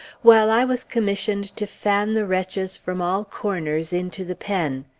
while i was commissioned to fan the wretches from all corners into the pen.